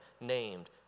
named